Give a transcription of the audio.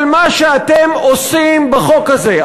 אבל מה שאתם עושים בחוק הזה,